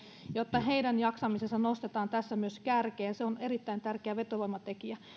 jotta sen jaksaminen nostetaan tässä kärkeen se on erittäin tärkeä vetovoimatekijä